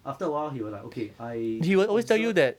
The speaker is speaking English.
after a while he will like okay I observe